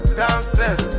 downstairs